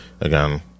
Again